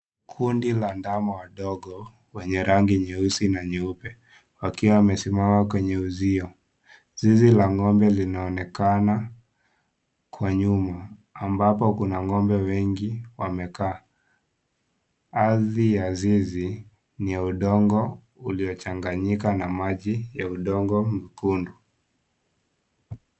Kundi la ndama wadogo yenye rangi nyeusi na nyeupe wakiwa wamesimama kwenye uzio. Zizi la ng'ombe linaonekana kwa nyuma ambapo kuna ng'ombe wengi wamekaa. Ardhi ya zizi ni ys udongo uliochanganyika na maji ya udongo mwekundu.